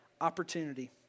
opportunity